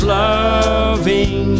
loving